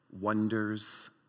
wonders